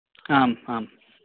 आम् आम्